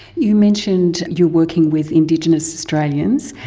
you mentioned you're working with indigenous australians,